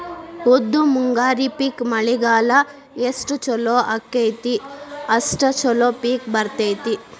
ಉದ್ದು ಮುಂಗಾರಿ ಪಿಕ್ ಮಳಿಗಾಲ ಎಷ್ಟ ಚಲೋ ಅಕೈತಿ ಅಷ್ಟ ಚಲೋ ಪಿಕ್ ಬರ್ತೈತಿ